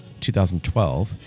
2012